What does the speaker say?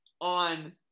on